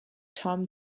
tom